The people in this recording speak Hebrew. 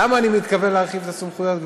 למה אני מתכוון להרחיב את הסמכויות,